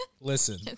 Listen